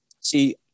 See